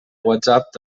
whatsapp